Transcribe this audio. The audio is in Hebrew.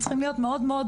לא אמריקה, את אומרת.